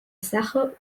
sache